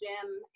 gym